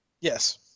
yes